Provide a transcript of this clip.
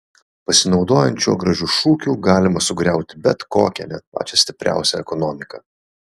pasinaudojant šiuo gražiu šūkiu galima sugriauti bet kokią net pačią stipriausią ekonomiką